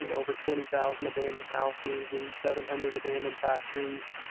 and over twenty thousand abandoned houses and seven hundred abandoned factories,